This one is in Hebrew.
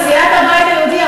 לסיעת הבית היהודי.